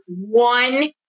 one